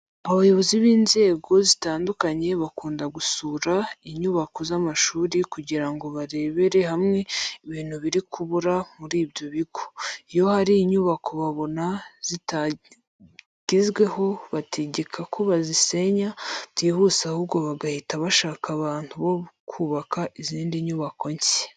Abayobozi b'inzego zitandukanye bakunda gusura inyubako z'amashuri kugira ngo barebere hamwe ibintu biri kubura muri ibyo bigo. Iyo hari inyubako babona zitakigezweho bategeka ko bazisenya byihuse ahubwo bagahita bashaka abantu bo kubaka izindi nyubako nshya.